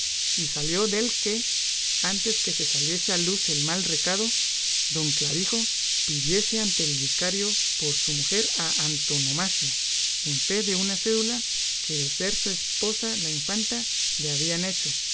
y salió dél que antes que se saliese a luz el mal recado don clavijo pidiese ante el vicario por su mujer a antonomasia en fe de una cédula que de ser su esposa la infanta le había hecho